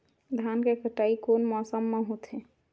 धान के कटाई कोन मौसम मा होथे?